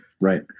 right